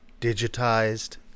digitized